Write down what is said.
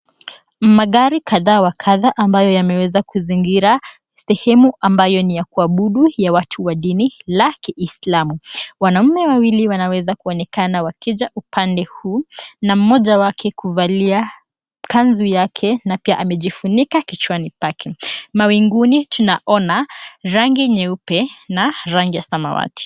Magari kadha wa kadha ambayo yameweza kuzingira sehemu ambayo ni ya kuabudu ya watu wa dini la Kiislamu. Wanaume wawili wanaweza kuonekana wakija upande huu na mmoja wake klkuvalia kanzu yake na pia amejifunika kichwani pake. Mawinguni tunaona, rangi nyeupe na rangi ya samawati.